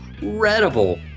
incredible